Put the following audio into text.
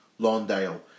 Londale